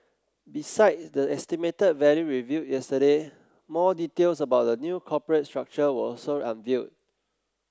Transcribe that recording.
besides the estimated value revealed yesterday more details about the new corporate structure were also unveiled